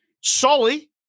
Sully